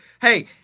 Hey